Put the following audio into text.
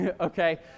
okay